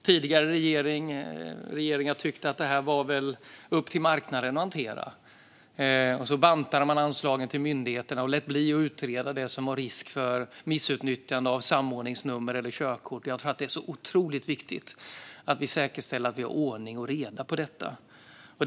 Tidigare regeringar har tyckt att det här har varit upp till marknaden att hantera, och så bantade man anslagen till myndigheterna och lät bli att utreda riskerna för missutnyttjande av samordningsnummer eller körkort. Det är nu otroligt viktigt att vi säkerställer att vi har ordning och reda i detta.